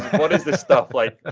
what is this stuff? like, ah